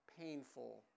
painful